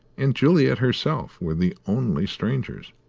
and juliet herself, were the only strangers.